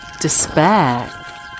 despair